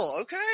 Okay